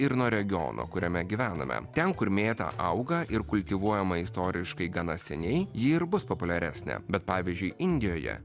ir nuo regiono kuriame gyvename ten kur mėta auga ir kultivuojama istoriškai gana seniai ji ir bus populiaresnė bet pavyzdžiui indijoje